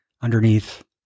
underneath